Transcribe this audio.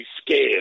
scared